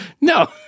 No